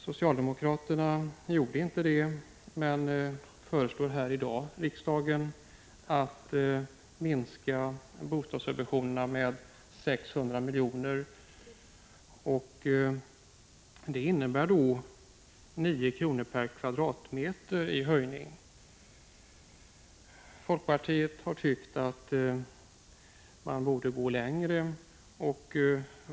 Socialdemokraterna gjorde inte det, men i dag föreslår de riksdagen att minska bostadssubventionerna med 600 milj.kr., vilket innebär 9 kr./m? i hyreshöjning. Folkpartiet har ansett att man bör gå längre.